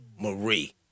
Marie